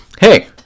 Hey